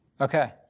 Okay